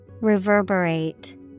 Reverberate